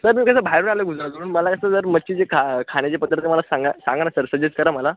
sir मी बाहेरून आलो आहे गुजरातवरून मला कसं जर मच्छीचे खा खाण्याचे पदार्थ मला सांगा सांगा ना सर सजेस्ट करा मला